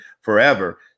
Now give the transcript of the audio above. forever